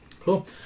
Cool